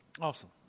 Awesome